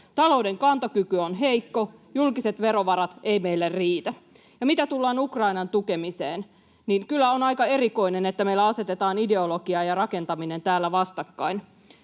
Talouden kantokyky on heikko, julkiset verovarat eivät meille riitä. Ja mitä tulee Ukrainan tukemiseen, niin kyllä on aika erikoista, että meillä asetetaan ideologia ja rakentaminen täällä vastakkain.